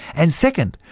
and second,